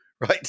right